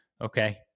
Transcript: Okay